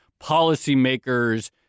policymakers